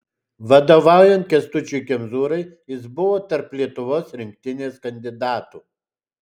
vadovaujant kęstučiui kemzūrai jis buvo tarp lietuvos rinktinės kandidatų